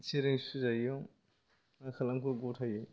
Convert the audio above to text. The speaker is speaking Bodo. सेरजों सुजायैयाव मा खालामखो गथायै